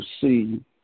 see